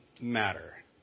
matter